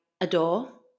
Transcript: adore